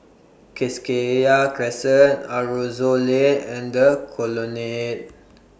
Crescent Aroozoo Lane and The Colonnade